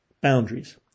Boundaries